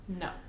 No